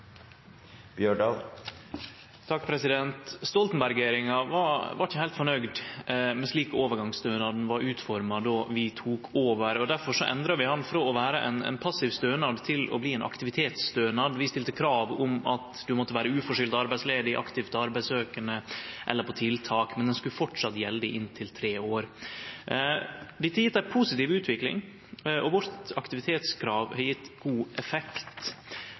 Bjørdal – til oppfølgingsspørsmål. Stoltenberg-regjeringa var ikkje heilt fornøgd med overgangsstønaden slik han var utforma då vi tok over, og derfor endra vi han frå å vere ein passiv stønad til å bli ein aktivitetsstønad. Vi stilte krav om at du måtte vere uforskyldt arbeidsledig, aktivt arbeidssøkjande eller på tiltak, men den skulle framleis gjelde inntil tre år. Dette har gjeve ei positiv utvikling, og vårt aktivitetskrav har gjeve god effekt.